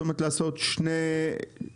זאת אומרת, לעשות שני מסלולים?